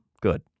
good